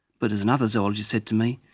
but as another zoologist said to me,